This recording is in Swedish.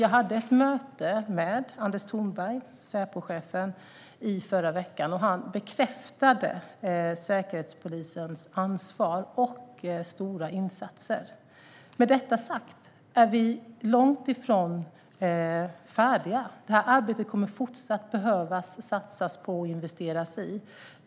Jag hade ett möte med Säpochefen Anders Thornberg i förra veckan, och han bekräftade Säkerhetspolisens ansvar och stora insatser. Med detta sagt är vi långt från färdiga. Vi kommer att fortsätta att behöva satsa på och investera i detta arbete.